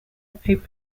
open